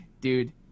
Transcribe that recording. dude